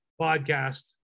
podcast